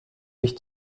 mich